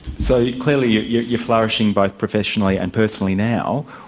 so clearly you're you're flourishing both professionally and personally now.